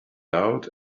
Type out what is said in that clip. out